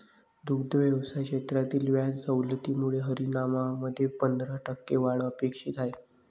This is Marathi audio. दुग्ध व्यवसाय क्षेत्रातील व्याज सवलतीमुळे हरियाणामध्ये पंधरा टक्के वाढ अपेक्षित आहे